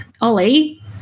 Ollie